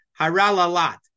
Haralalat